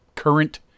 current